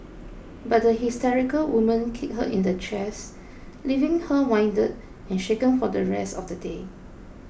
but the hysterical woman kicked her in the chest leaving her winded and shaken for the rest of the day